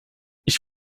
ich